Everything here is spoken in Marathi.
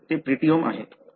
तर ते प्रोटीओम आहे